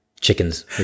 chickens